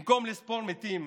במקום לספור מתים,